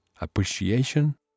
appreciation